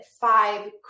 five